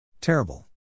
Terrible